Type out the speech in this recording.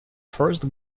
first